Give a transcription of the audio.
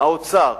האוצר,